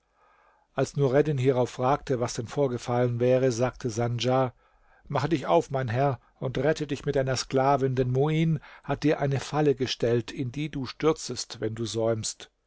als nureddin hierauf fragte was denn vorgefallen wäre sagte sandjar mache dich auf mein herr und rette dich mit deiner sklavin denn muin hat dir eine falle gestellt in die du stürzest wenn du säumst